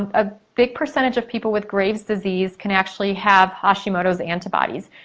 a big percentage of people with graves disease can actually have hashimoto's antibodies.